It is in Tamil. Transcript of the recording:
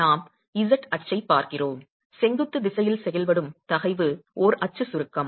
நாம் z அச்சைப் பார்க்கிறோம் செங்குத்து திசையில் செயல்படும் தகைவு ஓர் அச்சு சுருக்கம்